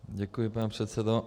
Děkuji, pane předsedo.